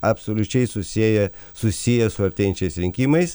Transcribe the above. absoliučiai susieję susiję su artėjančiais rinkimais